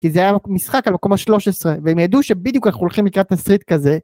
כי זה היה משחק על מקום השלוש עשרה והם ידעו שבדיוק אנחנו הולכים לקראת תסריט כזה